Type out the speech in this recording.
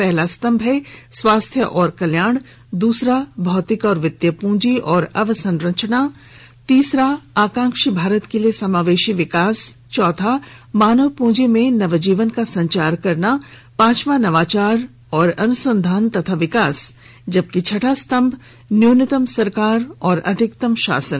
पहला स्तंभ है स्वास्थ्य और कल्याण दूसरा भौतिक और वित्तीय पूंजी और अवसंरचना तीसरा अकांक्षी भारत के लिए समावेशी विकास चौथा मानव पूंजी में नवजीवन का संचार करना पांचवा नवाचार और अनुसंधान और विकास जबकि छठा स्तंभ न्यूनतम सरकार और अधिकतम शासन